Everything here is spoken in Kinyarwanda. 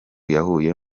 yakuye